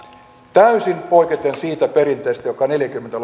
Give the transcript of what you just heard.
täysin poiketen siitä perinteestä joka neljäkymmentä